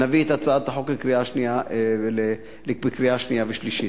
נביא את הצעת החוק לקריאה שנייה ושלישית.